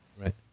Right